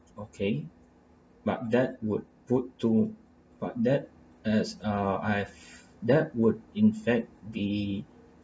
so okay but that would put to but that as uh I've that would in fact be